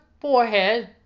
forehead